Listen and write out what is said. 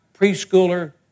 preschooler